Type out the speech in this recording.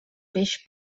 peix